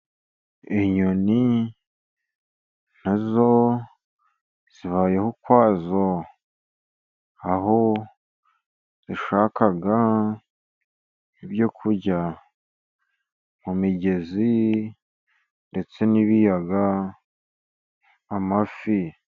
Inyoni na zo zibayeho ukwazo, aho zishaka ibyo kurya mu migezi ndetse n'ibiyaga amafi.